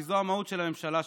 כי זו המהות של הממשלה שלכם,